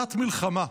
מכונת מלחמה.